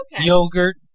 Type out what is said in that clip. yogurt